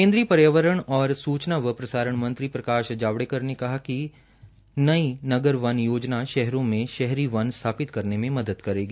केन्द्रीय पर्यावरण और सूचना व प्रसारण मंत्री प्रकाश प्रकाश जावड़ेकर ने कहा कि नयी नगर वन योजना शहरों में शहरी वन स्थापित करने में मदद करेगी